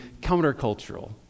countercultural